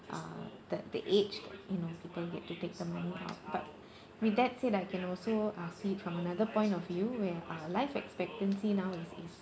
uh the the age you know people get to take the money out but with that said I can also uh see from another point of view where our life expectancy now is is